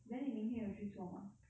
then 你明天有去做吗